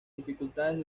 dificultades